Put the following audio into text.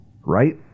Right